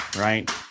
right